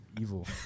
Evil